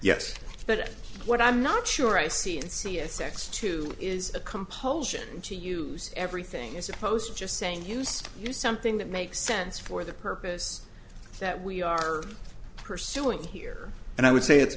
yes but what i'm not sure i see and see a sex too is a compulsion to use everything as opposed to just saying use you something that makes sense for the purpose that we are pursuing here and i would say